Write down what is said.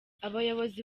abayobozi